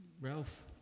Ralph